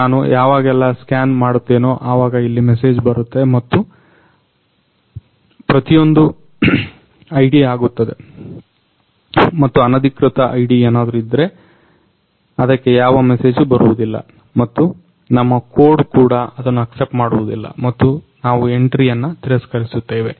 ನಾನು ಯಾವಾಗೆಲ್ಲ ಸ್ಕ್ಯಾನ್ ಮಾಡ್ತೀನೊ ಆವಾಗ ಇಲ್ಲಿ ಮೆಸೇಜ್ ಬರುತ್ತೆ ಮತ್ತು ಅದ ಪ್ರತಿಯೊಂದು ID ಆಗುತ್ತದೆ ಮತ್ತು ಅನಧಿಕೃತ ID ಏನಾದ್ರು ಇದ್ರೆ ಅದಕ್ಕೆ ಯಾವ ಮೆಸೇಜು ಬರುವುದಿಲ್ಲ ಮತ್ತು ನಮ್ಮ ಕೋಡ್ ಕೂಡ ಅದನ್ನ ಅಕ್ಸೆಪ್ಟ್ ಮಾಡುವುದಿಲ್ಲ ಮತ್ತು ನಾವು ಎಂಟ್ರಿಯನ್ನ ತಿರಸ್ಕರಿಸುತ್ತೇವೆ